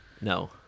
no